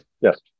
Yes